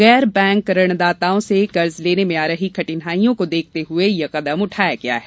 गैर बैंक ऋणदाताओं से कर्ज़ लेने में आ रही कठिनाइयों को देखते हुए यह कदम उठाया है